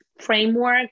framework